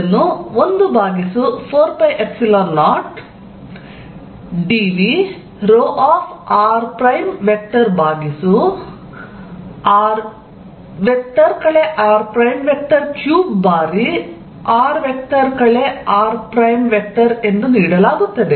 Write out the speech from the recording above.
ಇದನ್ನು 1 ಭಾಗಿಸು 4 pi epsilon 0 dV r ಭಾಗಿಸು r r3 ಬಾರಿ r r ನೀಡಲಾಗುತ್ತದೆ